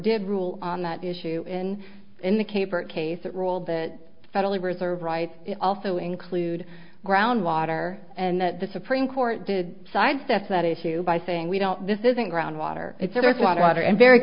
did rule on that issue in in the caper case that ruled that federal reserve rights also include groundwater and that the supreme court did sidestep that issue by saying we don't this isn't ground water it's earth water water and very